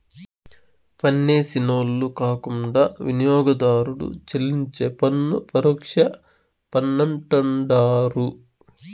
పన్నేసినోళ్లు కాకుండా వినియోగదారుడు చెల్లించే పన్ను పరోక్ష పన్నంటండారు